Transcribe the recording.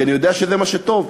כי אני יודע שזה מה שטוב.